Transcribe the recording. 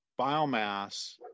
biomass